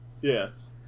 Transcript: Yes